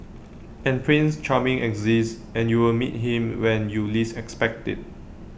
and prince charming exists and you will meet him when you least expect IT